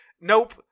Nope